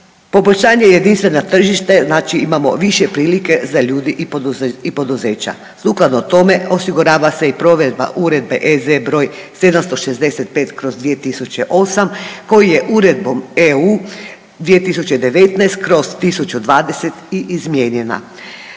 Poboljšanje jedinstveno tržište, znači imamo više prilike za ljude i poduzeća. Sukladno tome osigurava se i provedba Uredbe EZ br. 765/2008 koji je Uredbom EU 2019/1020 i izmijenjena.